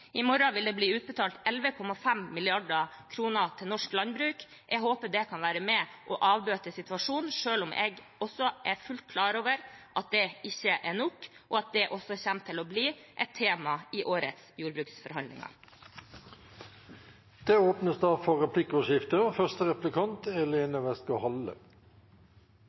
I morgen vil det bli utbetalt 11,5 mrd. kr til norsk landbruk. Jeg håper det kan være med på å avbøte situasjonen, selv om jeg er fullt klar over at det ikke er nok, og at det også kommer til å bli et tema i årets jordbruksforhandlinger. Det blir replikkordskifte. Dette har vært et veldig tøft år for